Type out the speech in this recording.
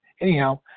anyhow